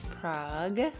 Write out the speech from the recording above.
Prague